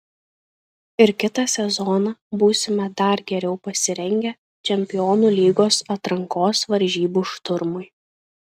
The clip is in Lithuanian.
ir kitą sezoną būsime dar geriau pasirengę čempionų lygos atrankos varžybų šturmui